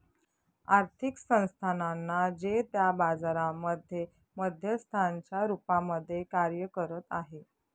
आर्थिक संस्थानांना जे त्या बाजारांमध्ये मध्यस्थांच्या रूपामध्ये कार्य करत आहे